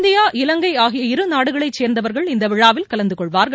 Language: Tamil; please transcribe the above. இந்தியா இலங்கை ஆகிய இரு நாடுகளை சேர்ந்தவர்கள் இந்த விழாவில் கலந்து கொள்வார்கள்